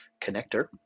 connector